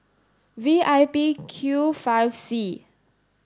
V I P Q five C